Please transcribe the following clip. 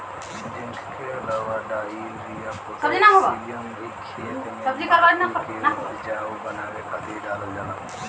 zinc के अलावा डाई, यूरिया, पोटैशियम भी खेते में माटी के उपजाऊ बनावे खातिर डालल जाला